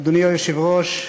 אדוני היושב-ראש,